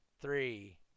three